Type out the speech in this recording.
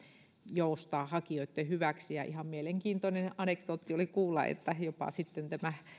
joustaa hakijoitten hyväksi ihan mielenkiintoinen anekdootti oli kuulla että jopa sitten tämä